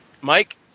Mike